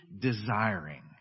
desiring